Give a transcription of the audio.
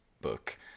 book